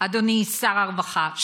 אדוני שר הרווחה,